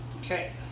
Okay